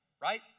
right